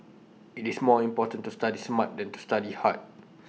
IT is more important to study smart than to study hard